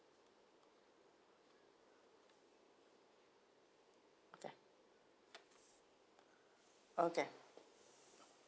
okay okay